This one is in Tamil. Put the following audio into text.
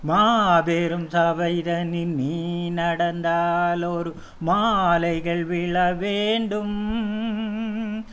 மாபெரும் சபைதனில் நீ நடந்தால் ஒரு மாலைகள் விழ வேண்டும்